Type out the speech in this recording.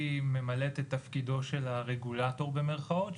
ממלאת את תפקידו של הרגולטור במרכאות,